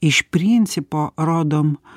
iš principo rodom